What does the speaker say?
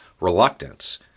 reluctance